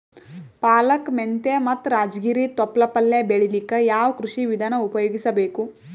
ಪಾಲಕ, ಮೆಂತ್ಯ ಮತ್ತ ರಾಜಗಿರಿ ತೊಪ್ಲ ಪಲ್ಯ ಬೆಳಿಲಿಕ ಯಾವ ಕೃಷಿ ವಿಧಾನ ಉಪಯೋಗಿಸಿ ಬೇಕು?